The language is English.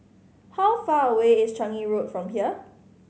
how far away is Changi Road from here